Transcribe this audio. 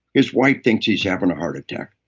his wife thinks he's having a heart attack.